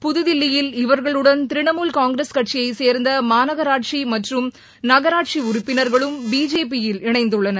புதுதில்லியில் இவர்களுடன் திரிணாமுல் காங்கிரஸ் கட்சியை சேர்ந்த மாநகராட்சி மற்றும் நகராட்சி உறுப்பினர்களும் பிஜேபி யில் இணைந்துள்ளனர்